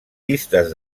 llistes